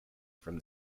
from